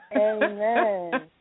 Amen